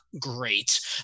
great